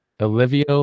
olivia